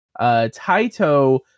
Taito